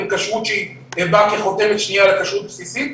בין כשרות שהיא באה כחותמת שנייה לכשרות בסיסית,